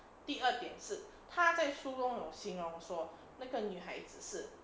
第二点是他在书中有写形容说那个女孩子是